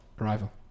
arrival